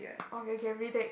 okay okay retake